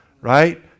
right